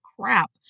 crap